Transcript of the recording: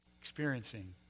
experiencing